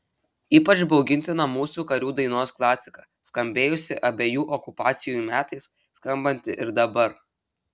ypač baugintina mūsų karių dainos klasika skambėjusi abiejų okupacijų metais skambanti ir dabar